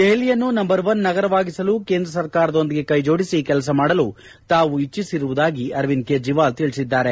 ದೆಹಲಿಯನ್ನು number one ನಗರವಾಗಿಸಲು ಕೇಂದ್ರ ಸರ್ಕಾರದೊಂದಿಗೆ ಕೈಜೋಡಿಸಿ ಕೆಲಸಮಾಡಲು ತಾವು ಇಚ್ಚಿಸಿರುವುದಾಗಿ ಅರವಿಂದ್ ಕೇಜ್ರವಾಲ್ ತಿಳಿಸಿದ್ದಾರೆ